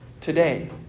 today